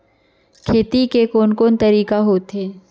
खेती के कोन कोन तरीका होथे?